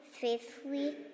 faithfully